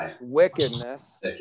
wickedness